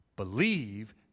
Believe